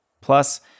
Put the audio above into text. Plus